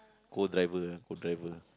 co-driver ah co-driver